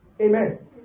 Amen